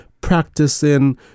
practicing